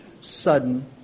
sudden